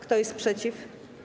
Kto jest przeciw?